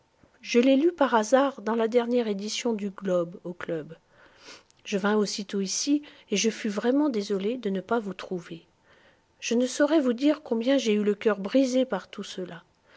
je l'ai lu par hasard dans la dernière édition du globe au club je vins aussitôt ici et je fus vraiment désolé de ne pas vous trouver je ne saurais vous dire combien j'ai eu le cœur brisé par tout cela